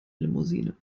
limousine